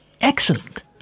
excellent